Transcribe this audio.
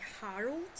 Harold